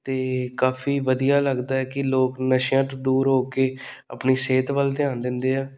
ਅਤੇ ਕਾਫ਼ੀ ਵਧੀਆ ਲੱਗਦਾ ਹੈ ਕਿ ਲੋਕ ਨਸ਼ਿਆਂ ਤੋਂ ਦੂਰ ਹੋ ਕੇ ਆਪਣੀ ਸਿਹਤ ਵੱਲ ਧਿਆਨ ਦਿੰਦੇ ਹੈ